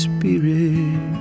Spirit